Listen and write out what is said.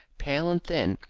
pale and thin,